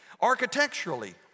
Architecturally